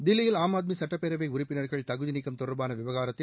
தில்லியில் ஆம் ஆத்மி சுட்டப்பேரவை உறுப்பினர்கள் தகுதி நீக்கம் தொடர்பான விவகாரத்தில்